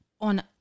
on